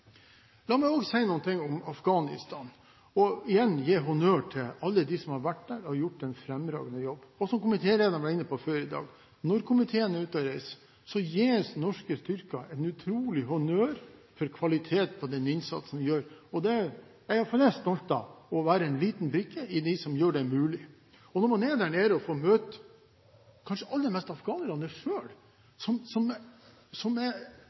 La oss håpe vi ikke kommer dit. La meg også si noe om Afghanistan og igjen gi honnør til alle dem som har vært der og gjort en fremragende jobb. Som komitélederen var inne på før i dag: Når komiteen er ute og reiser, gis norske styrker en utrolig honnør for kvaliteten på den innsatsen de gjør. Derfor er jeg stolt av å være en liten brikke i det som gjør det mulig. Når man er der nede, og får møte folk, kanskje aller mest